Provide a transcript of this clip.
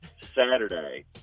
Saturday